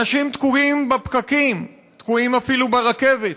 אנשים תקועים בפקקים, תקועים אפילו ברכבת,